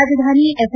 Rajdhani F